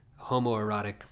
homoerotic